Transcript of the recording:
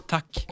Tack